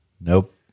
Nope